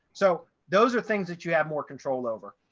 so those are things that you have more control over.